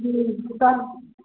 जी